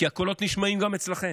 כי הקולות נשמעים גם אצלכם,